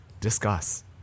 Discuss